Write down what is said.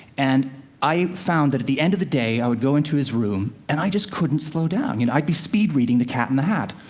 and i found that at the end of day, i would go into his room and i just couldn't slow down you know, i'd be speed reading the cat in the hat.